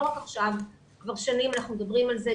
לא רק עכשיו אלא כבר שנים אנחנו מדברים על זה.